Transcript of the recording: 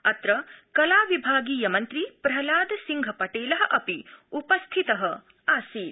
अत्र कलाविभागीयमन्त्री प्रहलाद सिंह पटेलः अपि उपस्थितो आसीत्